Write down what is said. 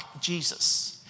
Jesus